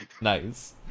nice